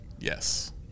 Yes